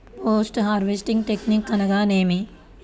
Post harvesting technique అనగా నేమి?